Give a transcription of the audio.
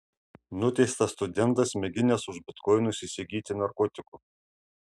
nuteistas studentas mėginęs už bitkoinus įsigyti narkotikų